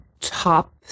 top